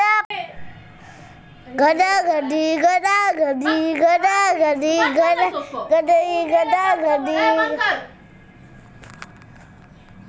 बकरी के दूध में कौन कौनसे प्रोटीन पाए जाते हैं?